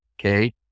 Okay